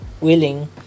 willing